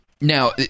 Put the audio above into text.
Now